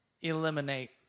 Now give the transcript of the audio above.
eliminate